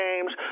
games